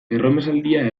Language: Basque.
erromesaldia